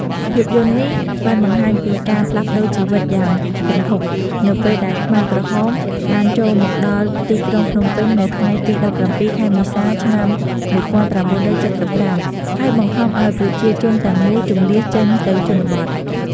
ភាពយន្តនេះបានបង្ហាញពី ការផ្លាស់ប្តូរជីវិតយ៉ាងគំហុក នៅពេលដែលខ្មែរក្រហមបានចូលមកដល់ទីក្រុងភ្នំពេញនៅថ្ងៃទី ១៧ ខែមេសា ឆ្នាំ ១៩៧៥ ហើយបង្ខំឲ្យប្រជាជនទាំងមូលជម្លៀសចេញទៅជនបទ។